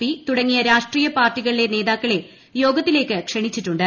P തുടങ്ങിയ രാഷ്ട്രീയ പാർട്ടികളിലെ നേതാക്കളെ യോഗത്തിലേക്ക് ക്ഷണിച്ചിട്ടുണ്ട്